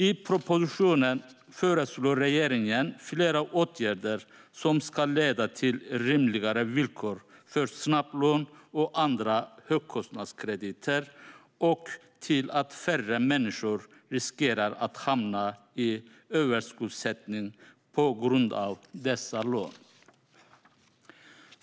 I propositionen föreslår regeringen flera åtgärder som ska leda till rimligare villkor för snabblån och andra högkostnadskrediter och till att färre människor riskerar att hamna i överskuldsättning på grund av dessa lån.